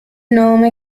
nome